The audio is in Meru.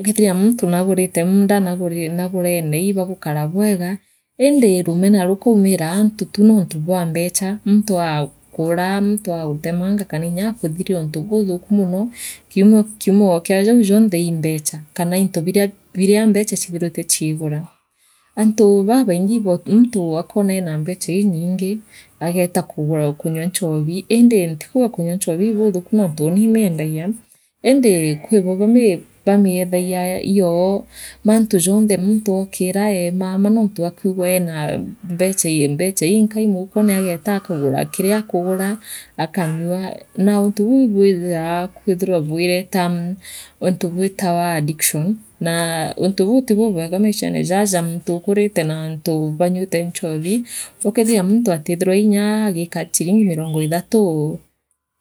Muntu nagerite muunda. naagurene. ibagukara bwega. lindi, numena rukaumira antu tu nuntu bwa bwecha, muuntu aakuraa, muntu aagutemanga, kana inya aakuthiria ountu buthu mono. kiu- kiumo kia jau jonthe ii mbecha, kana into, into meacha uithirite ikiguira. Antu babaingi, muntu oowe akona ee mbecha iinyingi, ageeta kunyua, kogura nchoobi, indi ntikuga kunyaa ncholei ikuthuku nontu uuni imiendagia, iindi kwi bamwe leamiethagia iyoo mantu jonthe, muntu arukira, eema nontu atwigua eena mbecha inkai moukone ageta akagura kire akagura, akanyua na untu buu ibwithi kwethira bwireta untu bwitawa addiction, naa untu buu ti bubwega maishene jaa ja muntu atithaira agikara na chiringi mirongo ithatu